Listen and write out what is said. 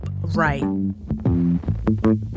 right